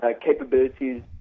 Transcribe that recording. capabilities